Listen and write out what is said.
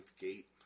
Gate